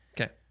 Okay